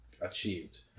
achieved